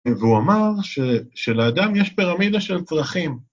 והוא אמר, שלאדם יש פירמידה של צרכים.